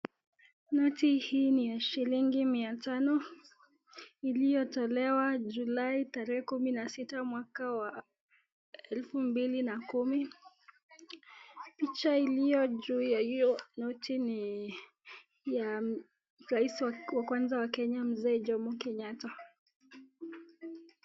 Noti hii ni ya shilingi mia tano iliyotolewa [ july tarehe kumi na sita mwaka wa elfu mbili na kumi, picha iliyo juu ya hio noti ni ya rais wa kwanza wa Kenya Mzee Jomo Kenyatta.